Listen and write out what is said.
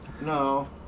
No